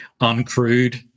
uncrewed